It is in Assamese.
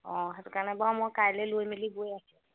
অঁ সেইটো কাৰণে বাৰু মই কাইলে লৈ মেলি গৈ আছোঁ